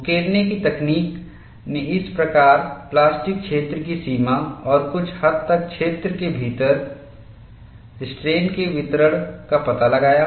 उकेरने की तकनीक ने इस प्रकार प्लास्टिक क्षेत्र की सीमा और कुछ हद तक क्षेत्र के भीतर स्ट्रेन के वितरण का पता लगाया